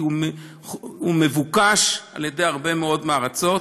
כי הוא מבוקש על-ידי הרבה מאוד מהארצות.